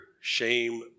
shame